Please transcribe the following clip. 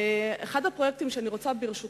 אחד הפרויקטים שאני רוצה להרחיב עליהם,